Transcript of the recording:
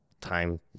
time